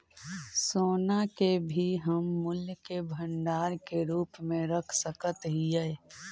सोना के भी हम मूल्य के भंडार के रूप में रख सकत हियई